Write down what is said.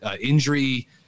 injury